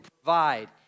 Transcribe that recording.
provide